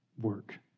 work